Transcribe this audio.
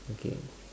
okay